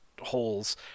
holes